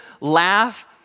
laugh